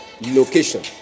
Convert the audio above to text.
location